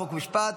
חוק ומשפט